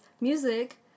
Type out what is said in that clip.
music